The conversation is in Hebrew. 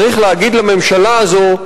צריך להגיד לממשלה הזו: